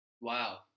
Wow